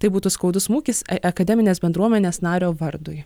tai būtų skaudus smūgis akademinės bendruomenės nario vardui